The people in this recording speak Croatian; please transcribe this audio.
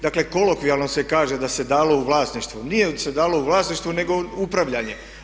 Dakle kolokvijalno se kaže da se dalo u vlasništvo, nije se dalo u vlasništvo nego upravljanje.